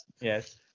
Yes